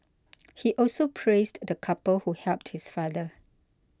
he also praised the couple who helped his father